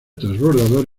transbordador